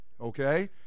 okay